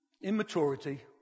immaturity